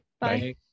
Bye